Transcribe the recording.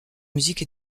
musique